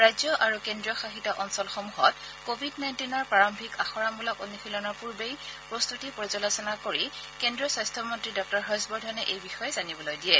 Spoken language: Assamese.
ৰাজ্য আৰু কেন্দ্ৰীয়শাসিত অঞ্চলসমূহত কোৱিড নাইণ্টিনৰ প্ৰাৰম্ভিক আখৰামূলক অনুশীলনৰ পূৰ্বেই প্ৰস্ততি পৰ্য্যালোচনা কৰি কেন্দ্ৰীয় স্বাস্থ্য মন্ত্ৰী ডাঃ হৰ্ষবৰ্ধনে এই বিষয়ে জানিবলৈ দিয়ে